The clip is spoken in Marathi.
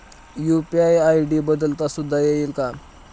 यू.पी.आय आय.डी बदलता सुद्धा येईल का?